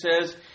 says